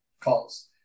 calls